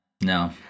no